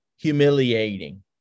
humiliating